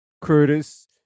Curtis